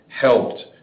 helped